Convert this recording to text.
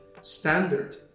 standard